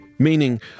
meaning